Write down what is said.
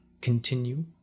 continue